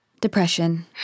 Depression